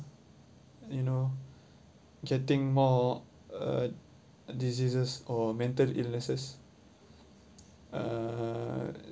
you know getting more uh diseases or mental illnesses uh